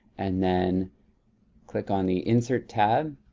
and then click on the insert tab.